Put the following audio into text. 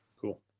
Cool